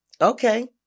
Okay